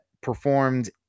performed